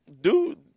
dude